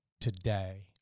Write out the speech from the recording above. today